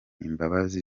imbabazi